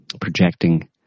Projecting